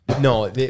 No